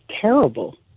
terrible